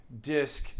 disk